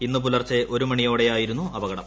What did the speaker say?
ഇന്ന് പുലർച്ചെ ഒരു മണിയോടെയായിരുന്നു അപകടം